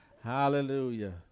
Hallelujah